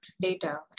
data